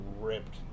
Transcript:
ripped